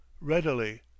Readily